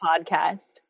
podcast